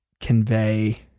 convey